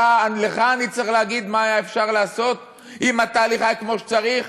לך אני צריך להגיד מה היה אפשר לעשות אם התהליך היה כמו שצריך?